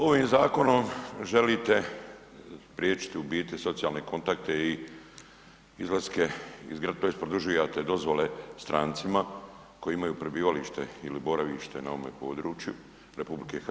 Ovim zakonom želite spriječiti u biti socijalne kontakte i izlaske tj. produžjate dozvole strancima koji imaju prebivalište ili boravište na ovome području RH.